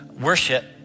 worship